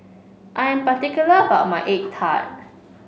I am particular about my egg tart